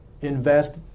invest